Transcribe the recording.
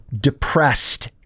depressed